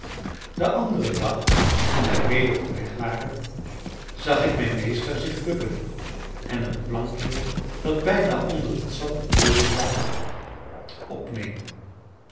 den anderen dag toen wij weder op weg waren zag ik mijn meester zich bukken en een plankje dat bijna onder het zand bedolven lag opnemen